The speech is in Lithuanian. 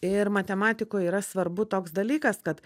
ir matematikoj yra svarbu toks dalykas kad